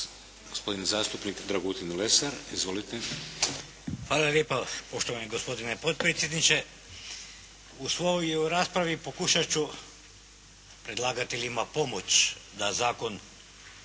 Izvolite. **Lesar, Dragutin (Nezavisni)** Hvala lijepo poštovani gospodine potpredsjedniče. U svojoj raspravi pokušati ću predlagateljima pomoći da zakon